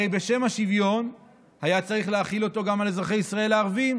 הרי בשם השוויון היה צריך להחיל אותו גם על אזרחי ישראל הערבים,